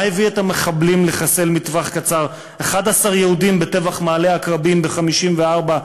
מה הביא את המחבלים לחסל מטווח קצר 11 יהודים בטבח מעלה-עקרבים ב-1954,